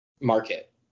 market